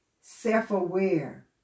self-aware